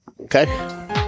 Okay